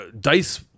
dice